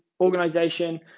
organization